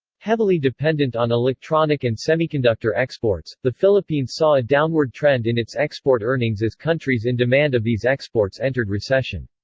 heavily dependent on electronic and semiconductor exports, the philippines saw a downward trend in its export earnings as countries in demand of these exports entered recession.